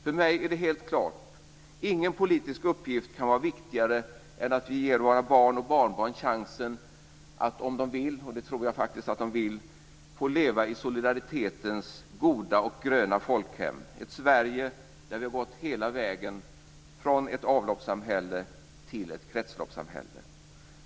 För mig är det helt klart att ingen politisk uppgift kan vara viktigare än att vi ger våra barn och barnbarn chansen att om de vill, och det tror jag faktiskt att de vill, de får leva i solidaritetens goda och gröna folkhem, i ett Sverige där vi har gått hela vägen från ett avloppssamhälle till ett kretsloppssamhälle.